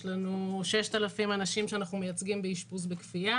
יש לנו 6,000 אנשים שאנחנו מייצגים באשפוז בכפייה.